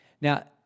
Now